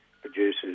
producers